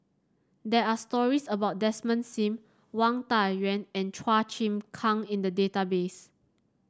there are stories about Desmond Sim Wang Dayuan and Chua Chim Kang in the database